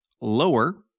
lower